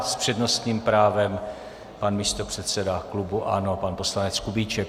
S přednostním právem pan místopředseda klubu ANO, pan poslanec Kubíček.